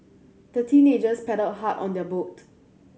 the teenagers paddled hard on their boat